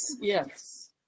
yes